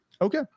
Okay